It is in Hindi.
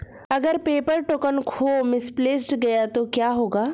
अगर पेपर टोकन खो मिसप्लेस्ड गया तो क्या होगा?